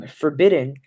forbidden